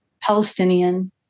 Palestinian